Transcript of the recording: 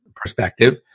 perspective